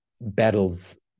battles